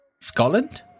Scotland